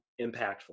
impactful